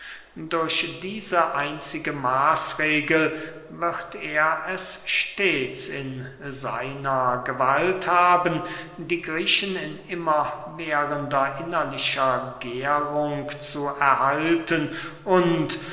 durch diese einzige maßregel wird er es stets in seiner gewalt haben die griechen in immerwährender innerlicher gährung zu erhalten und